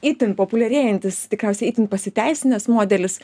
itin populiarėjantis tikriausiai itin pasiteisinęs modelis